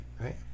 Right